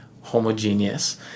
homogeneous